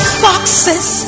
foxes